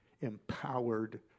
empowered